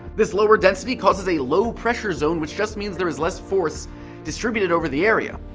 this lower density causes a low pressure zone which just means there is less force distributed over the area.